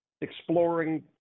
exploring